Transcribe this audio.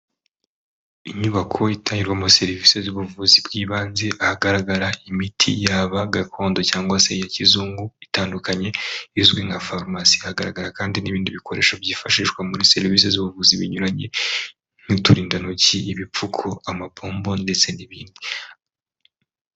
Inyubako itangirwamo serivisi z'ubuvuzi bw'ibanze ahagaragara imiti yaba gakondo cyangwa se iya kizungu itandukanye izwi nka farumasi, hagaragara kandi n'ibindi bikoresho byifashishwa muri serivisi z'ubuvuzi binyuranye: nk'uturindantoki, ibipfuko, amapombo ndetse n'ibindi.